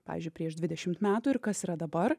pavyzdžiui prieš dvidešimt metų ir kas yra dabar